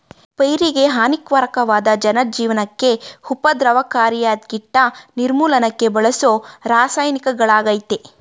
ಪೈರಿಗೆಹಾನಿಕಾರಕ್ವಾದ ಜನಜೀವ್ನಕ್ಕೆ ಉಪದ್ರವಕಾರಿಯಾದ್ಕೀಟ ನಿರ್ಮೂಲನಕ್ಕೆ ಬಳಸೋರಾಸಾಯನಿಕಗಳಾಗಯ್ತೆ